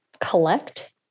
collect